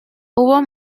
hubo